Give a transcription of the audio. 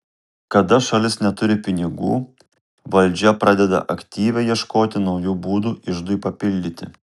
kada šalis neturi pinigų valdžia pradeda aktyviai ieškoti naujų būdų iždui papildyti